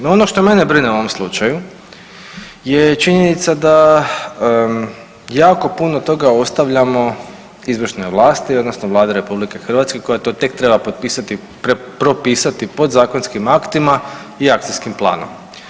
No ono što mene brine u ovom slučaju je činjenica da jako puno toga ostavljamo izvršnoj vlasti odnosno Vladi RH koja tek treba propisati podzakonskim aktima i akcijskim planom.